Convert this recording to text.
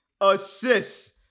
assists